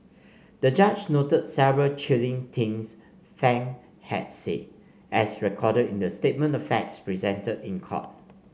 the judge noted several chilling things Fang had said as recorded in the statement of facts presented in court